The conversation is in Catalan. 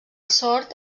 sort